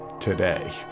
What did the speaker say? today